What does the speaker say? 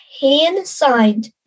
hand-signed